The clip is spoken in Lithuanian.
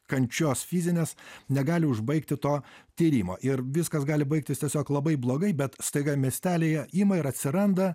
kančios fizinės negali užbaigti to tyrimo ir viskas gali baigtis tiesiog labai blogai bet staiga miestelyje ima ir atsiranda